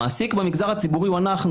המעסיק במגזר הציבורי הוא אנחנו,